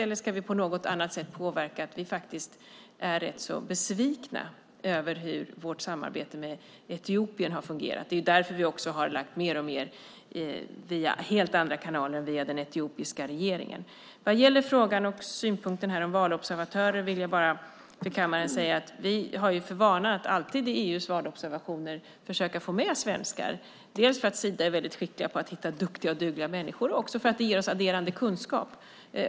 Eller ska vi på något annat sätt påverka och visa att vi faktiskt är rätt så besvikna över hur vårt samarbete med Etiopien har fungerat? Det är därför som vi också har lagt mer och mer via helt andra kanaler än via den etiopiska regeringen. När det gäller synpunkten om valobservatörer vill jag nämna för kammaren att vi alltid har för vana att försöka få med svenskar i EU:s valobservationer dels för att Sida är väldigt skickliga på att hitta duktiga och dugliga människor, dels för att det ger oss adderad kunskap.